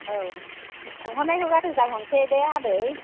औ सोंहरनायखौ गाज्रि दा मोनसै दे आदै